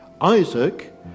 Isaac